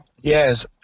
Yes